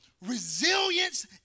resilience